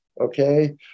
okay